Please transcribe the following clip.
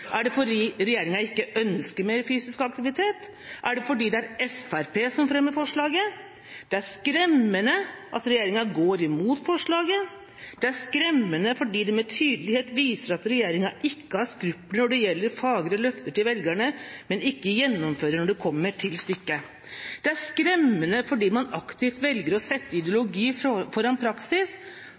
er det fordi regjeringa faktisk ikke ønsker mer fysisk aktivitet, eller så er det fordi forslaget kommer fra Fremskrittspartiet.» Representanten sa videre at det var skremmende at regjeringa gikk imot forslaget: «Det er skremmende fordi det med tydelighet viser at regjeringa ikke har skrupler når det gjelder å ha fagre løfter til velgerne, men ikke gjennomfører det når det kommer til stykket. Det er skremmende fordi man aktivt velger å sette ideologi foran praksis,